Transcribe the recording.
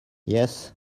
yes